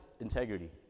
integrity